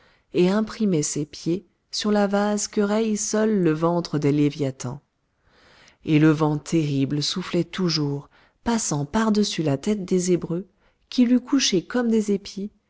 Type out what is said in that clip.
et imprimait ses pieds sur la vase que raye seul le ventre des léviathans et le vent terrible soufflait toujours passant par-dessus la tête des hébreux qu'il eût couchés comme des épis